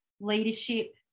leadership